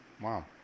Wow